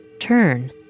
turn